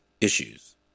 issues